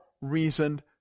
reasoned